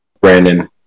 Brandon